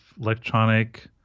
electronic